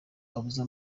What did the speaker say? abuza